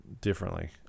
Differently